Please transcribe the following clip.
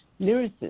lyricist